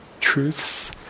truths